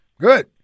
Good